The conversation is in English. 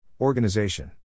Organization